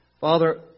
Father